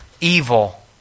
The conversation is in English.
evil